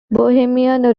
bohemian